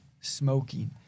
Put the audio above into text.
smoking